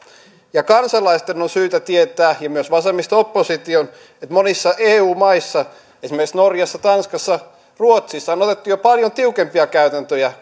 ja kansalaisten on syytä tietää ja myös vasemmisto opposition että monissa eu maissa esimerkiksi norjassa tanskassa ja ruotsissa on otettu jo paljon tiukempia käytäntöjä